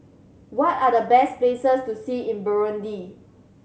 what are the best places to see in Burundi